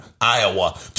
Iowa